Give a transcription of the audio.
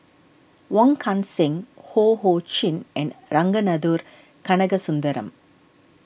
Wong Kan Seng Ho Ho Chin and Ragunathar Kanagasuntheram